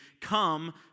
come